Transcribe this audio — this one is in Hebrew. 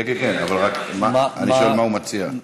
כן, אבל רק אני שואל מה הוא מציע.